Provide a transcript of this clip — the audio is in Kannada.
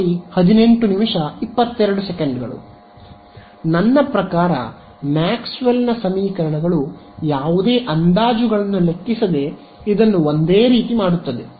ನನ್ನ ಪ್ರಕಾರ ಮ್ಯಾಕ್ಸ್ವೆಲ್ನ ಸಮೀಕರಣಗಳು ಯಾವುದೇ ಅಂದಾಜುಗಳನ್ನು ಲೆಕ್ಕಿಸದೆ ಇದನ್ನು ಒಂದೇ ರೀತಿ ಮಾಡುತ್ತದೆ